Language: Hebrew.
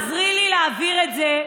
שירלי, תעזרי לי להעביר את זה.